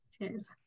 Cheers